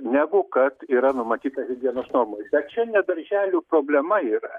negu kad yra numatyta dienos normoj bet čia ne darželių problema yra